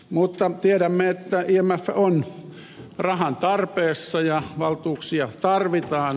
mutta tiedämme että imf on rahan tarpeessa ja valtuuksia tarvitaan